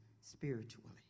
spiritually